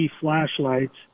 flashlights